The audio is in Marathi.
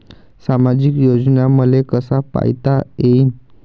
सामाजिक योजना मले कसा पायता येईन?